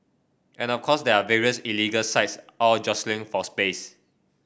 and of course there are various illegal sites all jostling for space